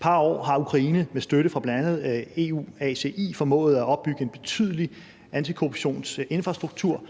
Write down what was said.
par år har Ukraine med støtte fra bl.a. EUACI formået at opbygge en betydelig antikorruptionsinfrastruktur.